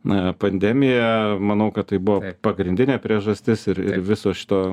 na pandemija manau kad tai buvo pagrindinė priežastis ir viso šito